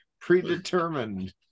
Predetermined